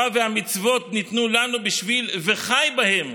והמצוות ניתנו לנו בשביל "וחי בהם",